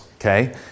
okay